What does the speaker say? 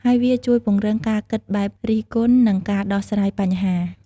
ហើយវាជួយពង្រឹងការគិតបែបរិះគិត និងការដោះស្រាយបញ្ហា។